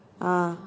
ah